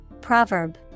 Proverb